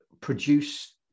produce